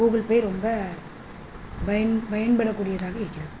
Google Pay ரொம்ப பயன் பயன்படக்கூடியதாக இருக்கின்றது